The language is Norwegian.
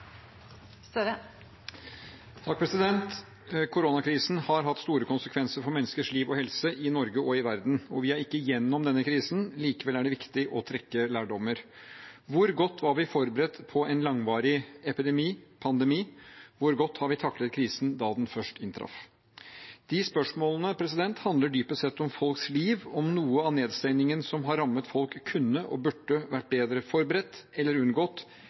helse i Norge og i verden, og vi er ikke igjennom denne krisen. Likevel er det viktig å trekke lærdommer. Hvor godt var vi forberedt på en langvarig epidemi/pandemi? Hvor godt har vi taklet krisen da den først inntraff? De spørsmålene handler dypest sett om folks liv, om noe av nedstengningen som har rammet folk, kunne og burde vært bedre forberedt, unngått eller